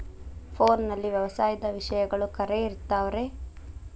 ಫೋನಲ್ಲಿ ವ್ಯವಸಾಯದ ವಿಷಯಗಳು ಖರೇ ಇರತಾವ್ ರೇ?